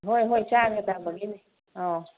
ꯍꯣꯏ ꯍꯣꯏ ꯆꯥꯅ ꯊꯝꯕꯒꯤꯅꯤ ꯑꯧ